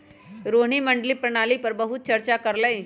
रोहिणी मंडी प्रणाली पर बहुत चर्चा कर लई